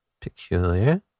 Peculiar